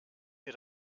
wir